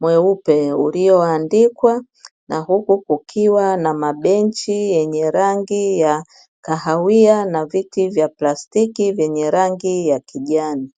mweupe ulioandikwa, na huku kukiwa na mabenchi yenye rangi ya kahawia na viti vya plastiki vyenye rangi ya kijani.